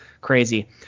Crazy